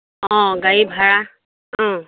অ গাড়ী ভাড়া ও